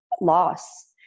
loss